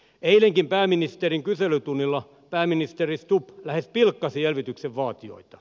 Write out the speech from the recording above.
eilenkin pääministerin kyselytunnilla pääministeri stubb lähes pilkkasi elvytyksen vaatijoita